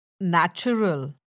natural